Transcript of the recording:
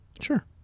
Sure